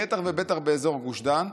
בטח ובטח באזור גוש דן,